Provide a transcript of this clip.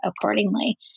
accordingly